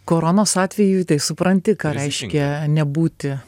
koronos atveju tai supranti ką reiškia nebūti